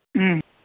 ꯎꯝ